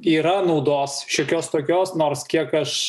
yra naudos šiokios tokios nors kiek aš